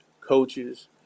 coaches